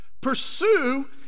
Pursue